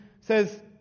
says